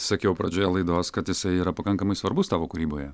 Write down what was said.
sakiau pradžioje laidos kad jisai yra pakankamai svarbus tavo kūryboje